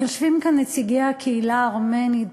יושבים כאן נציגי הקהילה הארמנית,